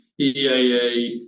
EAA